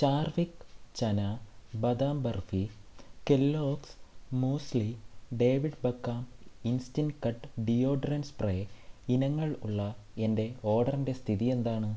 Charvik chana badam barfi Kellogg's muesli David Beckham instant cut deodorant spray ഇനങ്ങൾ ഉള്ള എന്റെ ഓർഡറിന്റെ സ്ഥിതിയെന്താണ്